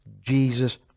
Jesus